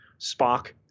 Spock